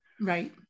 Right